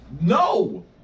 No